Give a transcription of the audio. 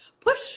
push